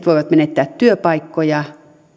voivat menettää työpaikkoja ja